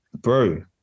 bro